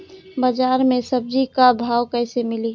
बाजार मे सब्जी क भाव कैसे मिली?